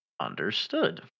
Understood